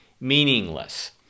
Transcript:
meaningless